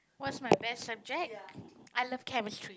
what's my best subject I love Chemistry